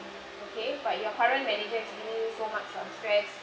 okay but your current manager is still so much on stress